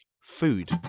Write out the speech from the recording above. food